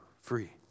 free